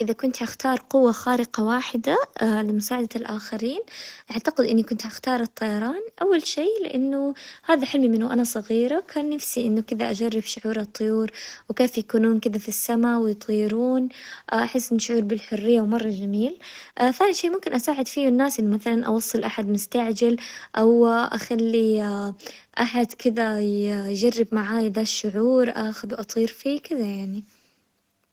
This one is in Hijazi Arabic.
اذا كنت حختار قوة خارقة واحدة لمساعدة الاخرين اعتقد اني كنت هختار الطيران، اول شي لانه هذا حلمي من وانا صغيرة، كان نفسي انه كذا اجرب شعور الطيور وكيف يكونون كذا في السما ويطيرون، احس انه شعور بالحرية ومرة جميل، ثاني شي ممكن اساعد فيه الناس انه مثلا اوصل احد مستعجل او اخلي احد كذا يجرب معاي ذا الشعور اخذه واطير فيه كذا يعني.